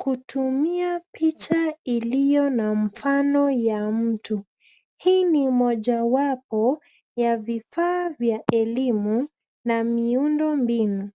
kutumia picha iliyo na mfano ya mtu. Hii ni mojawapo, ya vifaa vya elimu, na miundo mbinu.